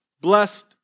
blessed